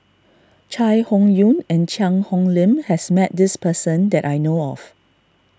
Chai Hon Yoong and Cheang Hong Lim has met this person that I know of